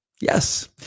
Yes